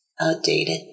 Outdated